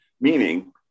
Meaning